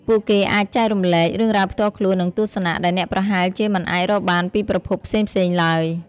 ពួកគេអាចចែករំលែក រឿងរ៉ាវផ្ទាល់ខ្លួន និងទស្សនៈ ដែលអ្នកប្រហែលជាមិនអាចរកបានពីប្រភពផ្សេងៗឡើយ។